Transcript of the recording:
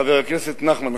חבר הכנסת נחמן,